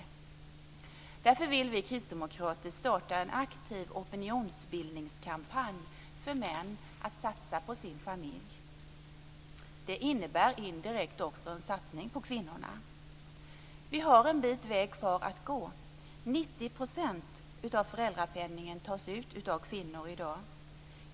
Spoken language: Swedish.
Därför vill vi kristdemokrater starta en aktiv opinionsbildningskampanj för att män skall satsa på sin familj. Det innebär indirekt också en satsning på kvinnorna. Vi har en bit väg kvar att gå. Kvinnor tar i dag ut över 90 % av föräldrapenningen.